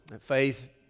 faith